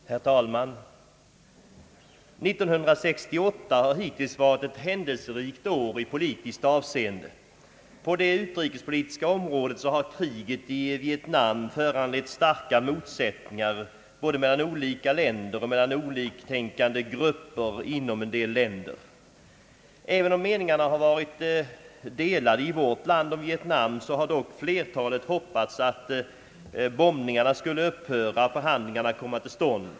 Herr talman! 1968 har hittills varit ett händelserikt år i politiskt avseende. På det utrikespolitiska området har kriget i Vietnam föranlett starka motsättningar både mellan olika länder och mellan oliktänkande grupper inom en del länder. Även om meningarna har varit delade i vårt land om Vietnam så har dock flertalet hoppats att bombningarna skulle upphöra och förhandlingar komma till stånd.